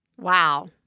Wow